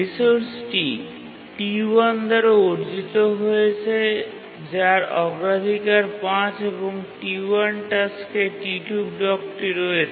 রিসোর্সটি T1 দ্বারা অর্জিত হয়েছে যার অগ্রাধিকার ৫ এবং T1 টাস্কে T2 ব্লকটি রয়েছে